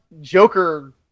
Joker